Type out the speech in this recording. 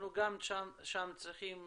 גם שם אנחנו צריכים